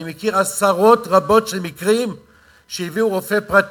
אני מכיר עשרות רבות של מקרים שהביאו רופא פרטי.